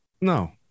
no